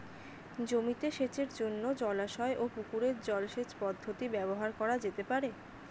জমিতে সেচের জন্য জলাশয় ও পুকুরের জল সেচ পদ্ধতি ব্যবহার করা যেতে পারে?